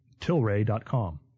Tilray.com